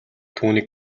түүнийг